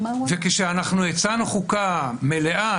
כשאנחנו הצענו חוקה מלאה,